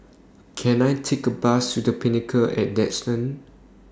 Can I Take A Bus to The Pinnacle At Duxton